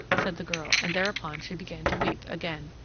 said the girl and thereupon she began to weep again.